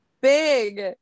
big